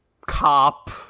cop